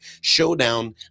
showdown